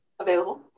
available